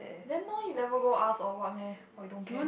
then now you never go ask or what meh or you don't care